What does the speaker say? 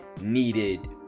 needed